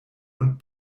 und